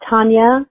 Tanya